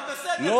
אבל בסדר,